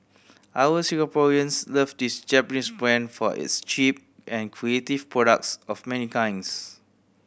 our Singaporeans love this Japanese brand for its cheap and creative products of many kinds